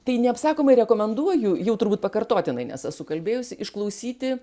tai neapsakomai rekomenduoju jau turbūt pakartotinai nes esu kalbėjusi išklausyti